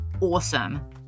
awesome